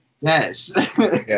Yes